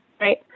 right